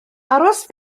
aros